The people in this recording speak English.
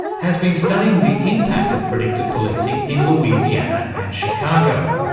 has been studying the impact of predictive policing in louisiana and chicago.